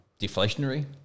Deflationary